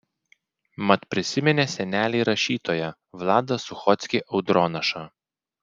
mat prisiminė senelį rašytoją vladą suchockį audronašą